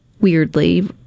weirdly